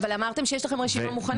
אבל אמרתם שיש לכם רשימה מוכנה.